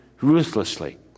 ruthlessly